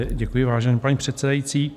Děkuji, vážená paní předsedající.